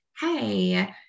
hey